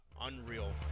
Unreal